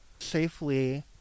safely